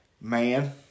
man